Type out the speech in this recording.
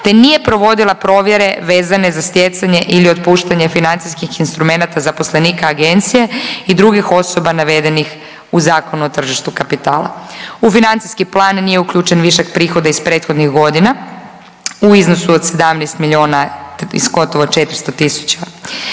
te nije provodila provjere vezane za stjecanje ili otpuštanje financijskih instrumenata zaposlenika agencije i drugih osoba navedenih u Zakonu o tržištu kapitala. U financijski plan nije uključen višak prihoda iz prethodnih godina u iznosu od 17 milijuna i gotovo 400 tisuća